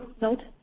Note